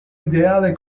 ideale